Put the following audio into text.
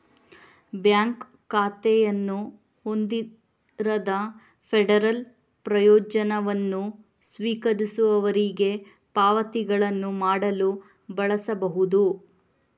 bank ಖಾತೆಯನ್ನು ಹೊಂದಿರದ federal ಪ್ರಯೋಜನವನ್ನು ಸ್ವೀಕರಿಸುವವರಿಗೆ ಪಾವತಿಗಳನ್ನು ಮಾಡಲು ಬಳಸಬಹುದು